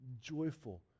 joyful